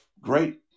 great